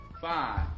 five